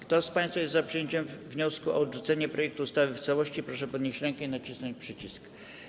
Kto z państwa jest za przyjęciem wniosku o odrzucenie projektu ustawy w całości, proszę podnieść rękę i nacisnąć przycisk.